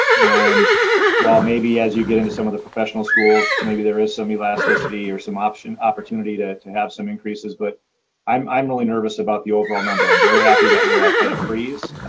and while maybe as you get into some of the professional schools, maybe there is some elasticity or some ah but and opportunity to to have some increases. but i'm i'm really nervous about the overall number. i'm very happy that we're at at a freeze,